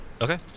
Okay